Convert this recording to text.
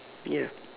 ya